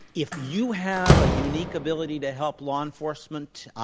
if you have a unique ability to help law enforcement,